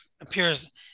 appears